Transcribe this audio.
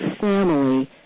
family